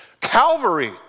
Calvary